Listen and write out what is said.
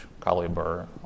Caliber